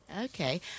Okay